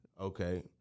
Okay